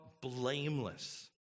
blameless